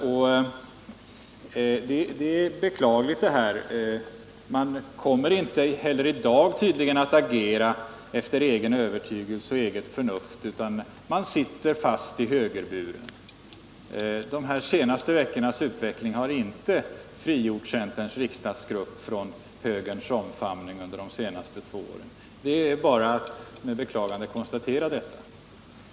Det är beklagligt. Man kommer tydligen inte heller i dag att agera efter egen övertygelse och eget förnuft, utan man sitter fast i högerburen. De senaste veckornas utveckling har inte frigjort centerns riksdagsgrupp från moderaternas omfamning. Det är bara att med beklagande konstatera detta.